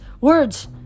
words